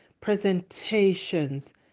presentations